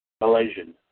Malaysian